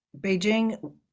Beijing